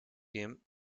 him